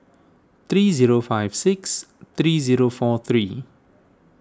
three zero five six three zero four three